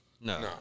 No